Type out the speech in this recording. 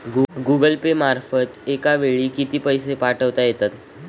Google Pay मार्फत एका वेळी किती पैसे पाठवता येतात?